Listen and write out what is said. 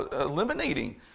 eliminating